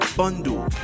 bundle